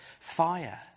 fire